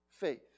faith